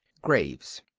graves